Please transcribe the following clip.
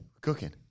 cooking